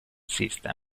system